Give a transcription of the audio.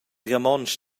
romontsch